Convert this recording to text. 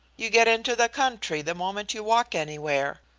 you get into the country the moment you walk anywhere.